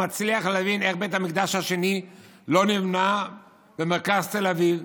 "לא מצליח להבין איך בית המקדש השני לא נבנה במרכז תל אביב.